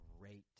Great